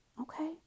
Okay